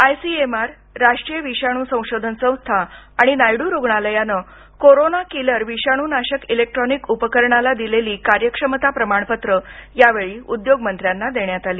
ICMR राष्ट्रीय विषाण् संशोधन संस्था आणि नायडू रूग्णालयानं कोरोना किलर विषाणू नाशक इलेक्ट्रॉनिक उपकरणाला दिलेली कार्यक्षमता प्रमाणपत्र यावेळी उद्योग मंत्र्यांना देण्यात आली